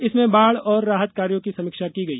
इसमें बाढ़ और राहत कार्यों की समीक्षा की गई